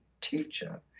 teacher